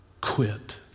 quit